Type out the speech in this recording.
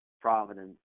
Providence